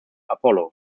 apollo